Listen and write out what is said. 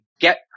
get